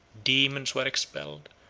daemons were expelled,